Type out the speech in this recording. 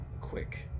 quick